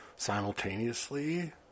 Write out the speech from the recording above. simultaneously